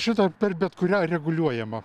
šitą per bet kurią reguliuojamą